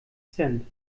cent